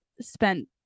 spent